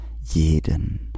jeden